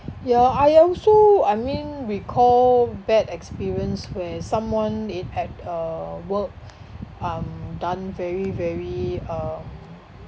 ya I also I mean recall bad experience where someone they had uh work um done very very um